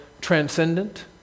transcendent